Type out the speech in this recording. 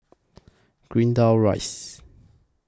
Greendale Rise